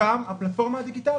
תוקם הפלטפורמה הדיגיטלית?